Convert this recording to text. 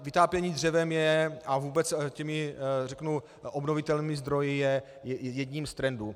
Vytápění dřevem je, a vůbec těmi obnovitelnými zdroji, je jedním z trendů.